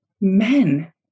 men